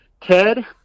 Ted